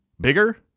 bigger